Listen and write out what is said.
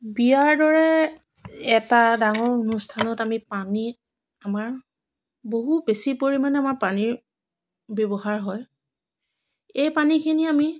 বিয়াৰ দৰে এটা ডাঙৰ অনুষ্ঠানত আমি পানী আমাৰ বহু বেছি পৰিমাণে আমাৰ পানীৰ ব্যৱহাৰ হয় এই পানীখিনি আমি